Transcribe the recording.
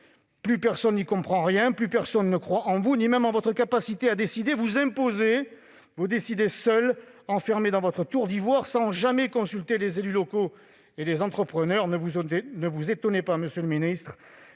Plus personne n'y comprend rien, plus personne ne croit en vous, ni même en votre capacité à décider. Vous imposez, vous décidez seul, enfermé dans votre tour d'ivoire, sans jamais consulter les élus locaux et les entrepreneurs. Ne vous étonnez pas, monsieur le ministre,